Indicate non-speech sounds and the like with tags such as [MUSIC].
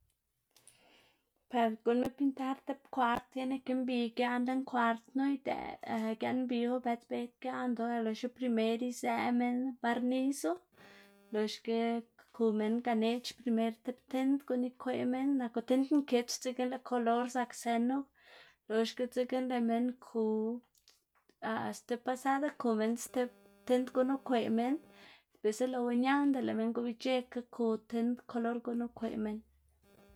[NOISE] par gu'nnma pintar tib kward tiene ke mbi gia'n lën kward knu, idëꞌ [HESITATION] giaꞌn mbiwu bët giaꞌndu loxna primer izëꞌ minn barniso [NOISE] loxge ku minn ganeꞌc̲h̲ primer tib tind guꞌn ikweꞌ minn naku tind nkits dzekna lëꞌ kolor zak sënu loxga dzekna lëꞌ minn ku [HESITATION] sti pasada ku minn stib [NOISE] tind guꞌn ukweꞌ minn biꞌlsa lëꞌwu ñaꞌnda lëꞌ minn gobic̲h̲ekga ku tind kolor guꞌn ukweꞌ minn. [NOISE]